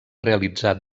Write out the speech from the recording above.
realitzà